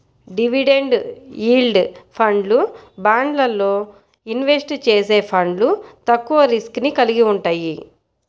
dividend yield ఫండ్లు, బాండ్లల్లో invest చేసే ఫండ్లు తక్కువ రిస్క్ ని కలిగి వుంటయ్యి